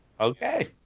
Okay